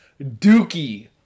dookie